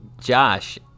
Josh